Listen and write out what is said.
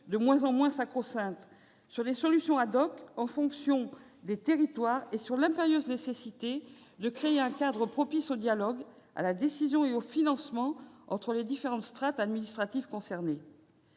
de moins en moins sacro-sainte ; quant aux solutions en fonction des territoires ; quant à l'impérieuse nécessité de créer un cadre propice au dialogue, à la décision et au financement entre les différentes strates administratives concernées.